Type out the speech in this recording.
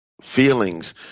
feelings